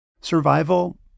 survival